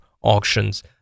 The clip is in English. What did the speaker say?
auctions